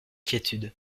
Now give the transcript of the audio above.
quiétude